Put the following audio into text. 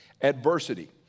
adversity